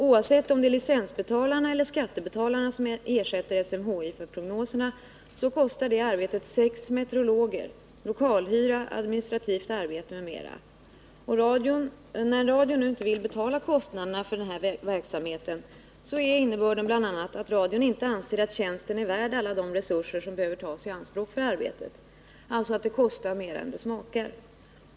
Oavsett om det är licensbetalarna eller skattebetalarna som ersätter SMHI för prognoserna, så innebär det arbetet kostnader för sex meteorologer, lokalhyra, administrativt arbete m.m. När radion nu inte vill betala kostnaderna för den här verksamheten, är innebörden bl.a. att radion inte anser att tjänsten är värd alla de resurser som behöver tas i anspråk för arbetet. Det kostar alltså mera än det smakar.